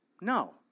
No